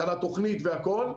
הכנת תוכנית והכול,